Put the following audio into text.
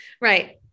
Right